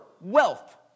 wealth